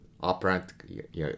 operant